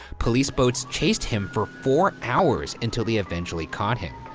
police boats chased him for four hours until they eventually caught him.